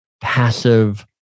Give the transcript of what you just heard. passive